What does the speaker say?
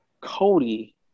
Cody